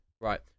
Right